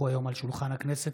כי הונחו היום על שולחן הכנסת,